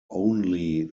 only